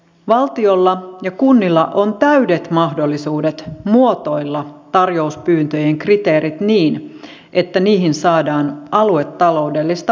valtiolla ja kunnilla on täydet mahdollisuudet muotoilla tarjouspyyntöjen kriteerit niin että niihin saadaan aluetaloudellista vaikuttavuutta